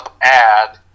add